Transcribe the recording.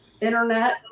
internet